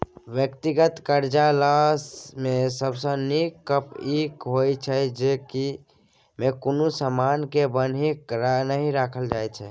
व्यक्तिगत करजा लय मे सबसे नीक गप ई होइ छै जे ई मे कुनु समान के बन्हकी नहि राखल जाइत छै